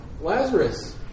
Lazarus